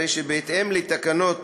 הרי שבהתאם לתקנות